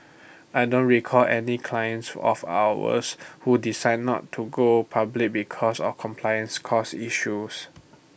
I don't recall any clients of ours who decided not to go public because of compliance costs issues